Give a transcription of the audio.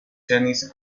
tennis